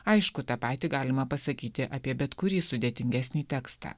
aišku tą patį galima pasakyti apie bet kurį sudėtingesnį tekstą